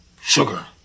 sugar